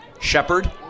Shepard